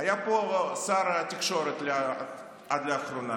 היה פה שר התקשורת עד לאחרונה,